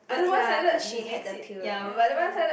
I ya cause she had the pill right